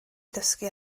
ddysgu